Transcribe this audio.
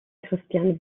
christian